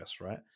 right